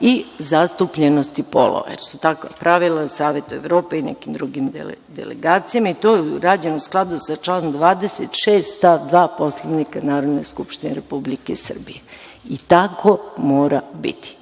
i zastupljenosti polova, jer su takva pravila u Savetu Evrope i nekim drugim delegacijama i to je urađeno u skladu sa članom 26. stav 2. Poslovnika Narodne skupštine Republike Srbije, i tako mora biti.